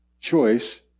choice